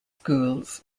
schools